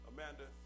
Amanda